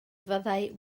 fyddai